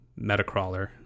Metacrawler